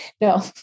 No